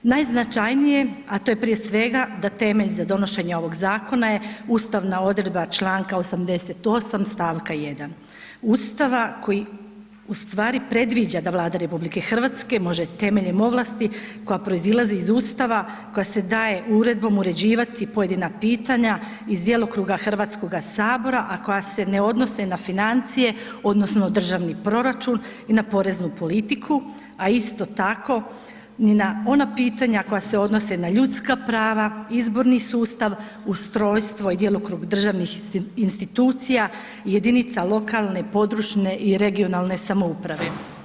Najznačajnije, a to je prije svega da temelj za donošenje ovog zakona je ustavna odredba čl. 88. st. 1. Ustava koji u stvari predviđa da Vlada RH može temeljem ovlasti koja proizilazi iz Ustava koja se daje uredbom uređivati pojedina pitanja iz djelokruga HS-a, a koja se ne odnose na financije, odnosno državni proračun i na poreznu politiku, a isto tako ni na ona pitanja koja se odnose na ljudska prava, izborni sustav, ustrojstvo i djelokrug državnih institucija, jedinica lokalne, područne i regionalne samouprave.